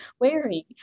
wearing